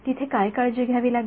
तिथे काय काळजी घ्यावी लागेल